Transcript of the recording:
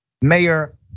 Mayor